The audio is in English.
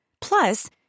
Plus